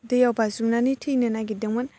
दैयाव बाज्रुमनानै थैनो नागिरदोंमोन